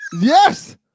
yes